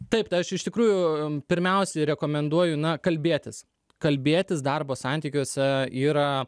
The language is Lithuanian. taip tai aš iš tikrųjų pirmiausiai rekomenduoju na kalbėtis kalbėtis darbo santykiuose yra